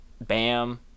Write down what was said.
Bam